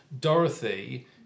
Dorothy